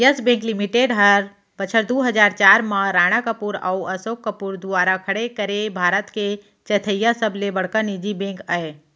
yes Bank Limited हर बछर दू हजार चार म राणा कपूर अउ असोक कपूर दुवारा खड़े करे भारत के चैथइया सबले बड़का निजी बेंक अय